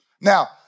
Now